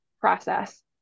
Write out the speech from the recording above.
process